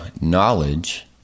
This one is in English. knowledge